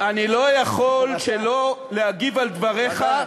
אני לא יכול שלא להגיב על דבריך,